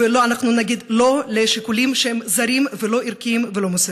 ונגיד "לא" לשיקולים שהם זרים ולא ערכיים ולא מוסריים.